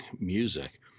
music